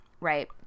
right